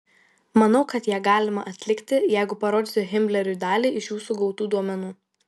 manau kad ją galima atlikti jeigu parodysiu himleriui dalį iš jūsų gautų duomenų